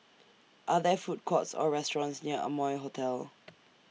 Are There Food Courts Or restaurants near Amoy Hotel